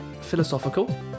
philosophical